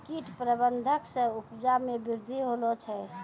कीट प्रबंधक से उपजा मे वृद्धि होलो छै